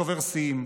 שובר שיאים.